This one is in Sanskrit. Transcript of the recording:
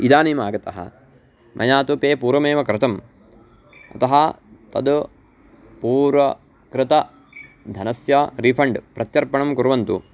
इदानीमागतः मया तु पे पूर्वमेव कृतम् अतः तद् पूर्वकृतधनस्य रीफ़ण्ड् प्रत्यर्पणं कुर्वन्तु